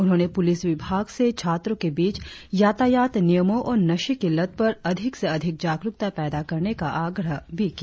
उन्होंने पुलिस विभाग से छात्रों के बीच यातायात नियमों और नशे की लत पर अधिक से अधिक जागरुकता पैदा करने का आग्रह भी किया